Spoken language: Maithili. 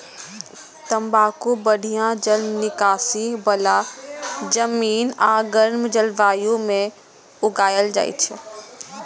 तंबाकू बढ़िया जल निकासी बला जमीन आ गर्म जलवायु मे उगायल जाइ छै